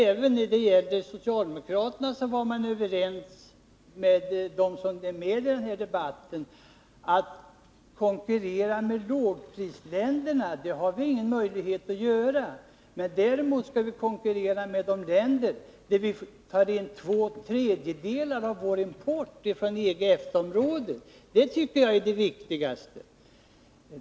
Jag trodde att även socialdemokraterna var överens med övriga deltagare i debatten om att vi inte har någon möjlighet att konkurrera med lågprisländerna. Däremot skall vi konkurrera med de länder varifrån vi tar in två tredjedelar av vår import, nämligen från EG EFTA-området. Det tycker jag är det viktigaste.